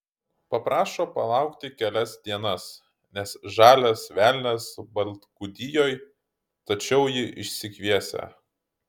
paprašo palaukti kelias dienas nes žalias velnias baltgudijoj tačiau jį išsikviesią